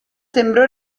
sembrò